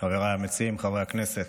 חבריי המציעים, חברי הכנסת,